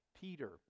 Peter